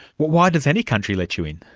why does any country let you in?